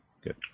good